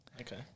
Okay